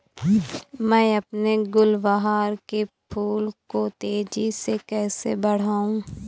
मैं अपने गुलवहार के फूल को तेजी से कैसे बढाऊं?